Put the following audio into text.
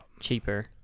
cheaper